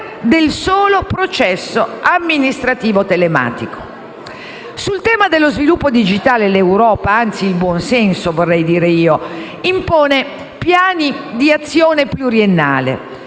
Sul tema dello sviluppo digitale, l'Europa (anzi, il buon senso, vorrei dire), impone piani di azione pluriennale.